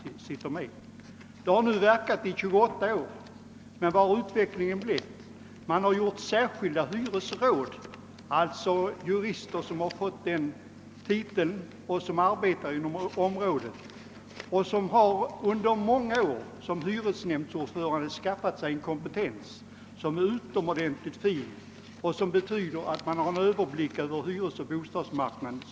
Dessa specialdomstolar har nu verkat i 28 år. Utvecklingen bar blivit den att man nu har fått särskilda hyresråd. Det är jurrister som arbetar på området som har fått denna titel. De har under många år som hyresnämndsordförande skaffat sig en utomordentlig kompetens som har gjort det möjligt för dem att överblicka hela :hyresoch bostadsmarknaden.